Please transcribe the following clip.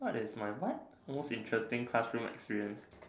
what is my what most interesting classroom experience